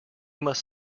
must